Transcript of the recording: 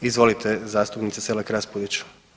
Izvolite zastupnice Selak Raspudić.